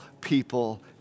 people